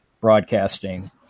broadcasting